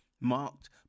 marked